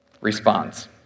responds